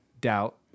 doubt